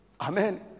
Amen